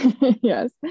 Yes